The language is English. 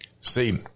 See